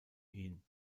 ihn